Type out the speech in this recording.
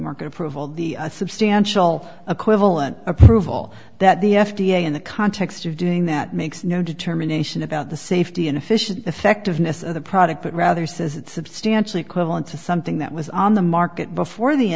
premarket approval the substantial equivalent approval that the f d a in the context of doing that makes no determination about the safety and efficiency effectiveness of the product but rather says it's substantially equivalent to something that was on the market before the